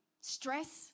stress